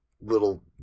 little